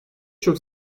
çok